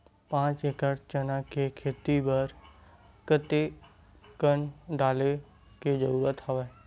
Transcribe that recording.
पांच एकड़ चना के खेती बर कते कन डाले के जरूरत हवय?